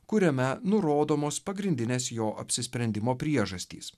kuriame nurodomos pagrindinės jo apsisprendimo priežastys